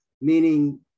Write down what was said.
meaning